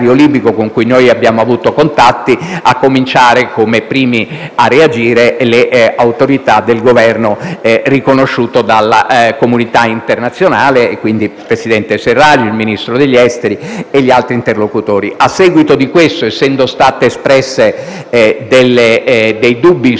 con cui abbiamo avuto contatti, a cominciare (come primi a reagire) dalle autorità del Governo riconosciuto dalla comunità internazionale: il presidente Sarraj, il Ministro degli esteri e gli altri interlocutori. A seguito di ciò, essendo stati espressi dei dubbi, confermati